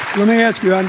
when they ask you, and